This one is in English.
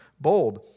bold